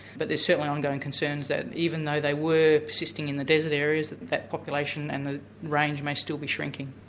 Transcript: but there's certainly ongoing concerns that even though they were persisting in the desert areas, that population and the range may still be shrinking.